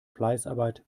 fleißarbeit